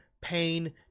pain